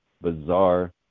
bizarre